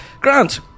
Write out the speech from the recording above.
grant